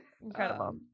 Incredible